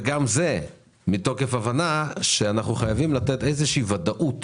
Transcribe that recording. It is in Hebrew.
וגם זה מתוקף הבנה, שאנו חייבים לתת ודאות